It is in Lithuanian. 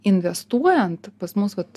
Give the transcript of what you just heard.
investuojant pas mus vat